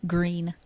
Green